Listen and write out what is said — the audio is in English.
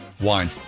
Wine